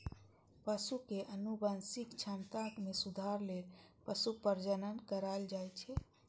पशु के आनुवंशिक क्षमता मे सुधार लेल पशु प्रजनन कराएल जाइ छै